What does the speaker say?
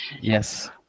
yes